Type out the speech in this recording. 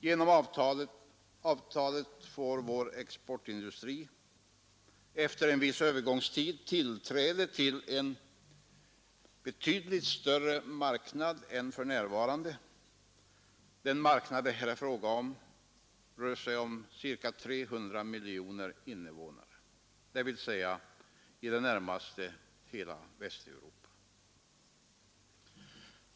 Genom avtalen får vår exportindustri efter en viss övergångstid tillträde till en betydligt större marknad än för närvarande — det rör sig om länder med tillsammans ca 300 miljoner innevånare, dvs. i det närmaste hela Västeuropa.